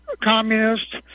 communists